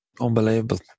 Unbelievable